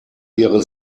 ihre